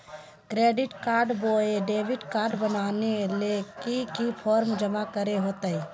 Credit card बोया debit card बनाने ले की की फॉर्म जमा करे होते?